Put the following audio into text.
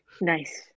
Nice